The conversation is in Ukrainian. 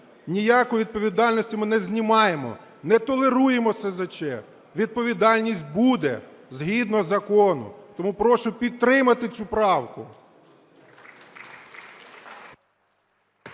Ніякої відповідальності ми не знімаємо, не толеруємо СЗЧ. Відповідальність буде згідно закону. Тому прошу підтримати цю правку.